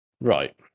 Right